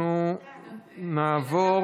אנחנו עכשיו נעבור